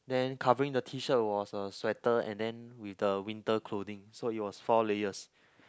then covering the T-shirt was a sweater and then with the winter clothing so it was four layers